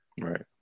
Right